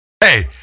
Hey